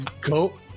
Go